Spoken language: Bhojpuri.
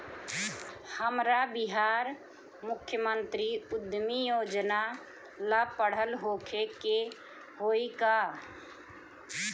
हमरा बिहार मुख्यमंत्री उद्यमी योजना ला पढ़ल होखे के होई का?